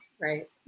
Right